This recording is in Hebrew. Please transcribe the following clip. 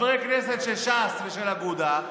חברי כנסת של ש"ס ושל אגודה,